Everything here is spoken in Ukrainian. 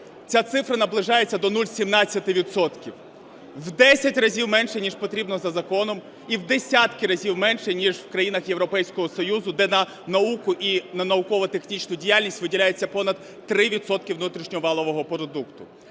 ця цифра наближається до 0,17 відсотка, в десять разів менша ніж потрібно за законом, і в десятки разів менша ніж в країнах Європейського Союзу, де на науку і науково-технічну діяльність виділяється понад 3 відсотки внутрішньо-валового продукту.